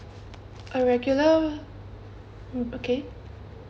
a regular room okay